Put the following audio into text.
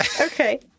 Okay